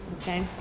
okay